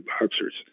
boxers